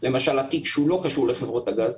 למשל התיק שהוא לא קשור לחברות הגז,